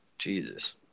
Jesus